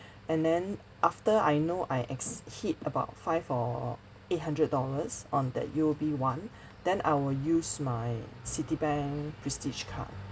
and then after I know I ex~ hit about five or eight hundred dollars on that U_O_B one then I will use my Citibank prestige card